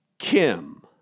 Kim